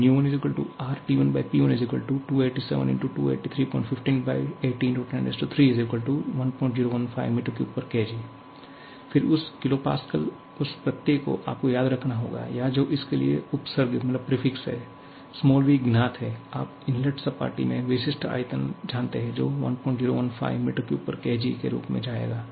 𝑣1 𝑅𝑇1P1287 x 2831580 x 1031015 m3kg फिर उस kPa उस प्रत्यय को आपको याद रखना होगा या जो इसके लिए उपसर्ग है 'v ज्ञात है आप इनलेट सपाटी में विशिष्ट आयतन जानते हैं जो 1015 m3kgके रूप में आएगा